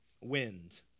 wind